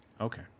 Okay